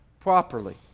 properly